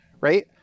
right